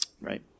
right